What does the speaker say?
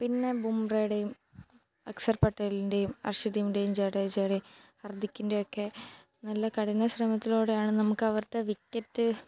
പിന്നെ ബുംറെയുടെയും അക്സർ പട്ടേലിൻ്റെയും ഹർഷദ്വീപിൻ്റെയും ജഡേജയുടെയും ഹർദിക്കിൻ്റെയും ഒക്കെ നല്ല കഠിന ശ്രമത്തിലൂടെയാണ് നമുക്ക് അവരുടെ വിക്കറ്റ്